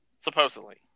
Supposedly